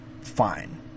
fine